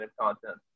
content